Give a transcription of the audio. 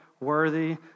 worthy